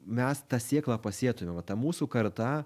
mes tą sėklą pasietumėm va ta mūsų karta